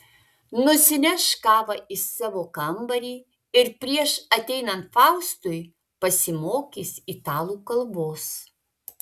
nusineš kavą į savo kambarį ir prieš ateinant faustui pasimokys italų kalbos